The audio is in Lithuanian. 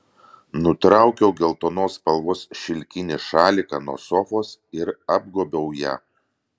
nutraukiau geltonos spalvos šilkinį šaliką nuo sofos ir apgobiau ją